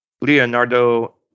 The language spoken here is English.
Leonardo